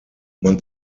man